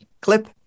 clip